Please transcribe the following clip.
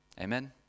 amen